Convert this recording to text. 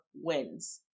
wins